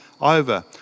over